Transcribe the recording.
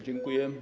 Dziękuję.